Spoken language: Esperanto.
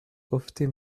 ofte